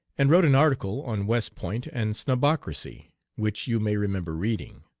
and wrote an article on west point and snobocracy which you may remember reading.